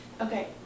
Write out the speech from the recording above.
Okay